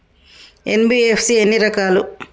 NBFC ఎన్ని రకాలు?